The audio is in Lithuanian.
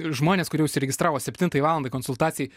žmonės kurie užsiregistravo septintai valandai konsultacijai